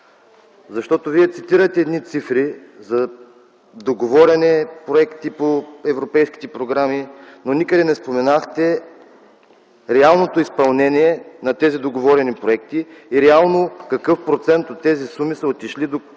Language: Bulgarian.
Защото Вие цитирате едни цифри за договорени проекти по европейските програми, но никъде не споменахте реалното изпълнение на тези договорени проекти и реално какъв процент от тези суми са отишли до